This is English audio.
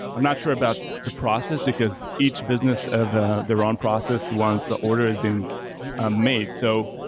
i'm not sure about the process, because each business of ah their ah process once the order has been ah made. so,